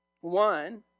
One